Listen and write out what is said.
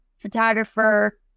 photographer